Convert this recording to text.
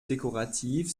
dekorativ